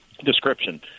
description